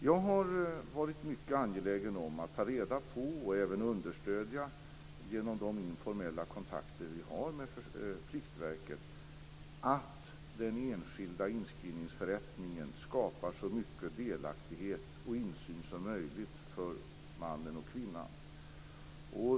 Jag har varit angelägen om att ta reda på och understödja genom de informella kontakter vi har med Pliktverket att den enskilda inskrivningsförrättningen skapar så mycket delaktighet och insyn som möjligt för mannen och kvinnan.